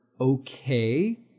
okay